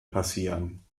passieren